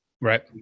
Right